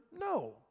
No